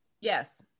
Yes